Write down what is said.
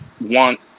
want